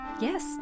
Yes